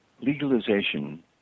legalization